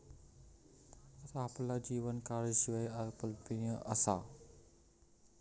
आज आपला जीवन कारशिवाय अकल्पनीय असा